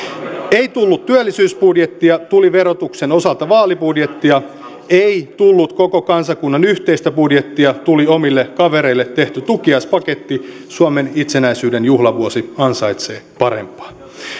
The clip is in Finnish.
ei tullut työllisyysbudjettia tuli verotuksen osalta vaalibudjetti ei tullut koko kansakunnan yhteistä budjettia tuli omille kavereille tehty tukiaispaketti suomen itsenäisyyden juhlavuosi ansaitsee parempaa